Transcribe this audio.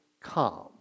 calm